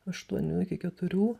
aštuonių iki keturių